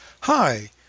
Hi